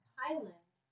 Thailand